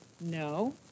No